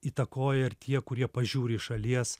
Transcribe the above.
įtakoja ir tie kurie pažiūri iš šalies